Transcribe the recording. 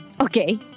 Okay